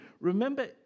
Remember